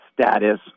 status